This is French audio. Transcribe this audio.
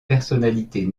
personnalités